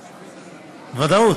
בוודאות,